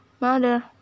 Mother